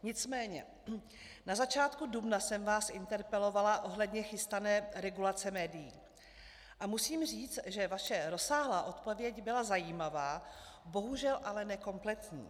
Nicméně na začátku dubna jsem vás interpelovala ohledně chystané regulace médií a musím říct, že vaše rozsáhlá odpověď byla zajímavá, bohužel ale ne kompletní.